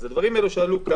אז שני הדברים שעלו פה